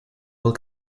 will